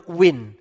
win